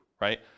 right